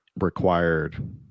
required